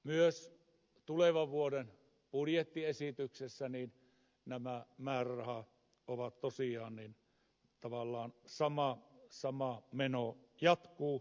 myös tulevan vuoden budjettiesityksessä nämä määrärahat ovat tosiaan sellaisia että sama meno jatkuu